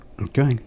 Okay